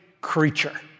creature